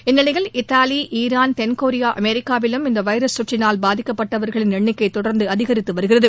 இந்நிலையில் Italy Iran தென்கொரியா அமெரிக்காவிலும் இந்தவைரஸ் தொற்றினால் பாதிக்கப்பட்டவர்களின் எண்ணிக்கைதொடர்ந்துஅதிகரித்துவருகிறது